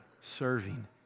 serving